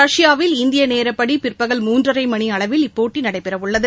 ரஷ்யாவில் இந்திய நேரப்படி பிற்பகல் மூன்றரை மணியளவில் இப்போட்டி நடைபெறவுள்ளது